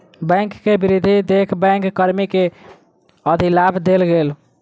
bank के वृद्धि देख बैंक कर्मी के अधिलाभ देल गेल